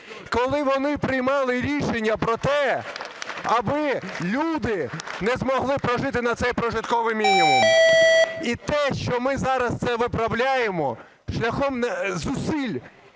коли вони приймали рішення про те, аби люди не змогли прожити на цей прожитковий мінімум. І те, що ми зараз це виправляємо шляхом зусиль,